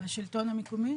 השלטון המקומי?